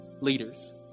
leaders